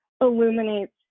illuminates